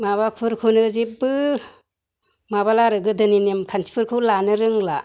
माबाफोरखौनो जेबो माबाला आरो गोदोनि नेम खान्थिफोरखौ लानो रोंला